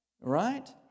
Right